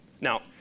Now